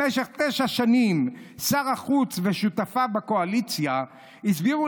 במשך תשע שנים שר החוץ ושותפיו בקואליציה הסבירו